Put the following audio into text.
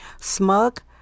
smug